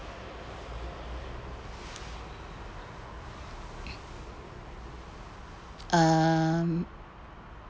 um